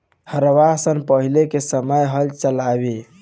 हरवाह सन पहिले के समय हल चलावें